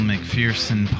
McPherson